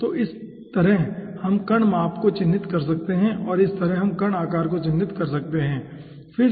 तो इस तरह हम कण माप को चिह्नित कर सकते हैं और इस तरह हम कण आकार को चिह्नित कर सकते हैं ठीक है